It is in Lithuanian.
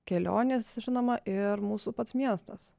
kelionės žinoma ir mūsų pats miestas